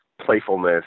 playfulness